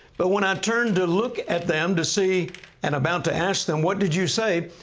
but when i turned to look at them to see and about to ask them, what did you say?